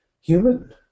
human